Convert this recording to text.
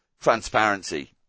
transparency